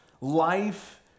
life